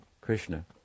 Krishna